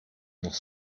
noch